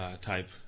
type